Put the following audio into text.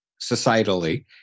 societally